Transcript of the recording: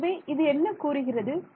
ஆகவே இது என்ன கூறுகிறது